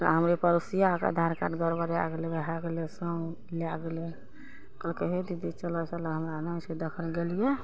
तऽ हमरे परोसियाके आधार कार्ड गड़बड़ा गेलय वएह गेलय सङ्ग लए गेलय कहलकय हे दीदी चलऽ चलऽ हमरा नहि छै देखल गेलियै